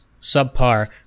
subpar